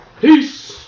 Peace